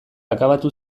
akabatu